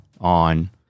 on